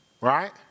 right